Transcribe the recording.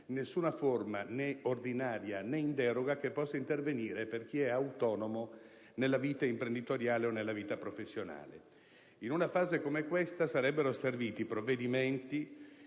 nessuna forma, né ordinaria, né in deroga, che possa intervenire per chi è autonomo nella vita imprenditoriale o nella vita professionale. In una fase come questa sarebbero serviti provvedimenti